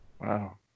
Wow